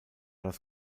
das